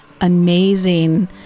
amazing